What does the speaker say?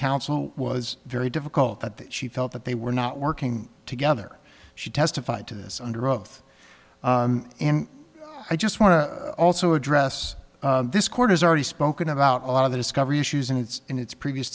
counsel was very difficult but that she felt that they were not working together she testified to this under oath and i just want to also address this court has already spoken about a lot of the discovery issues in its in its previous